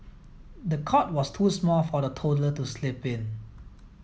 the cot was too small for the toddler to sleep in